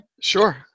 Sure